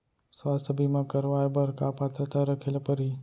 स्वास्थ्य बीमा करवाय बर का पात्रता रखे ल परही?